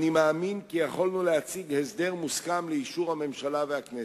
אני מאמין כי יכולנו להציג הסדר מוסכם לאישור הממשלה והכנסת.